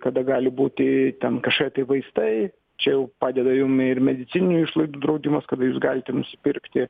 kada gali būti ten kažkokie tai vaistai čia jau padeda jum ir medicininių išlaidų draudimas kada jūs galite nusipirkti